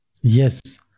Yes